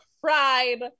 cried